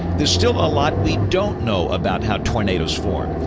there's still a lot we don't know about how tornadoes form.